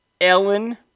Ellen